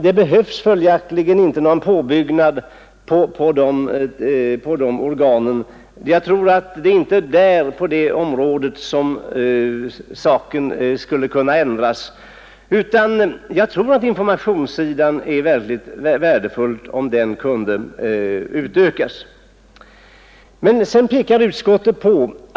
Det behövs följaktligen inte någon påbyggnad på de organen. Jag tror inte att det är på det området en ändring skulle behöva komma till stånd, utan jag anser att det vore mycket värdefullt om informationssidan kunde utökas.